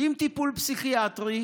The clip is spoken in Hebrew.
עם טיפול פסיכיאטרי,